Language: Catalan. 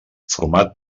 format